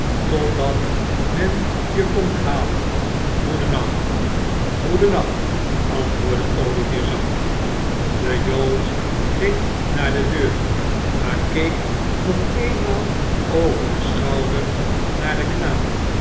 totdat men je komt halen goedennacht goedennacht antwoordde olivier zacht de jood ging naar de deur maar keek nog eenmaal over den schouder naar den knaap